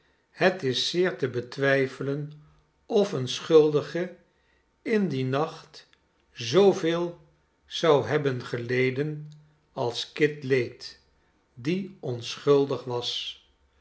het is zeer te betwijfelen of een schuldige in dien nacht zooveel zou hebben geleden als kit leed die onschuldig was